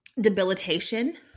debilitation